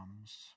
comes